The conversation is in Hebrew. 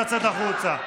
לצאת החוצה.